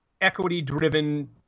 equity-driven